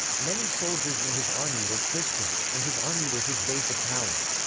many soldiers in his army were christians, and his army was his base of power.